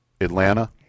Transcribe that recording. Atlanta